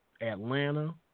Atlanta